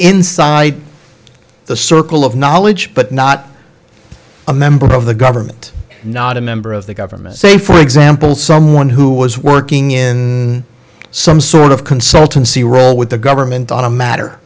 inside the circle of knowledge but not a member of the government not a member of the government say for example someone who was working in some sort of consultancy role with the government on a matter